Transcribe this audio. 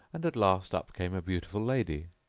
and at last up came a beautiful lady,